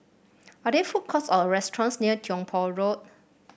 are there food courts or restaurants near Tiong Poh Road